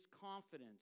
confidence